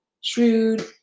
shrewd